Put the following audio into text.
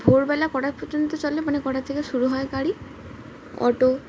ভোরবেলা কটার পর্যন্ত চলে মানে কটার থেকে শুরু হয় গাড়ি অটো